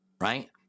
right